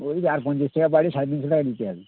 ওই আর পঞ্চাশ টাকা বাড়িয়ে সাড়ে তিনশো টাকা দিতে হবে